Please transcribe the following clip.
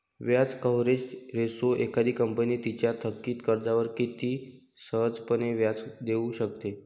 व्याज coverage ratio एखादी company तिच्या थकित कर्जावर किती सहजपणे व्याज देऊ शकते